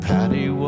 Patty